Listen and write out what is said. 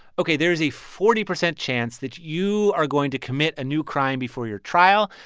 ok, there is a forty percent chance that you are going to commit a new crime before your trial,